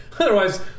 otherwise